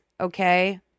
okay